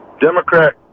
Democrat